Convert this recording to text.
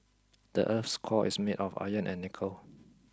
the earth's core is made of iron and nickel